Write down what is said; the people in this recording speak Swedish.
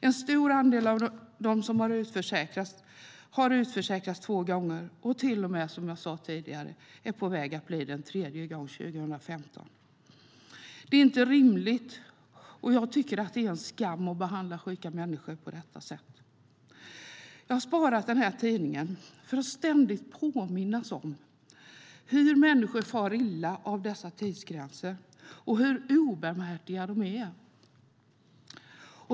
En stor andel av dessa har utförsäkrats två gånger och är till och med, som jag sade tidigare, på väg att bli det en tredje gång 2015. Det är inte rimligt, och jag tycker att det är en skam att behandla sjuka människor på detta sätt. Jag har sparat denna tidning för att ständigt påminnas om hur människor far illa av dessa tidsgränser och hur obarmhärtiga de är.